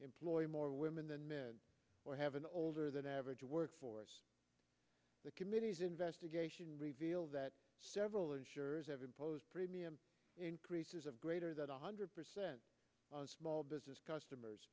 employer more women than men have an older than average workforce the committee's investigation reveals that several insurers have imposed premium increases of greater than one hundred percent of small business customers